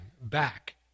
back